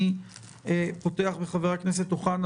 אני פותח בחבר הכנסת אוחנה,